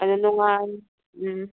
ꯑꯗꯣ ꯅꯨꯡꯉꯥꯟ ꯎꯝ